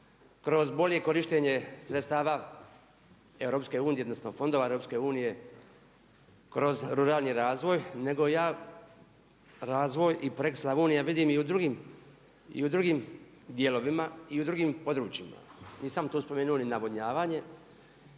kroz bolje korištenje sredstava EU, odnosno fondova EU, kroz ruralni razvoj nego ja razvoj i projekt Slavonija vidim i u drugim dijelovima i u drugim područjima. Nisam tu spomenuo ni navodnjavanje,